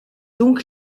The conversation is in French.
donc